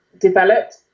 developed